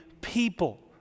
people